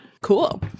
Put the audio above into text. Cool